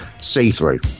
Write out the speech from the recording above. see-through